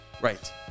Right